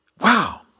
wow